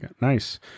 nice